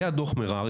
היה דוח מררי,